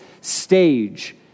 stage